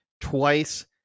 twice